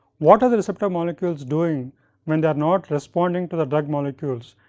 what are the receptor molecules doing when they are not responding to the drug molecules,